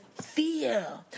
fear